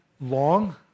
long